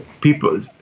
people